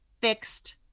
fixed